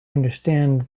understand